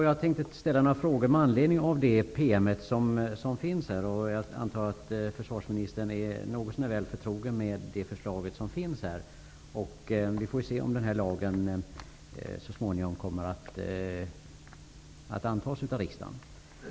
Jag tänkte ställa några frågor med anledning av denna PM, och jag antar att försvarsministern är något så när förtrogen med det förslag om lag som finns i denna. Vi får se om den här lagen så småningom kommer att antas av riksdagen.